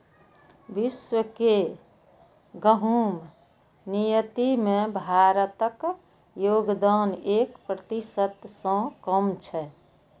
विश्व के गहूम निर्यात मे भारतक योगदान एक प्रतिशत सं कम छै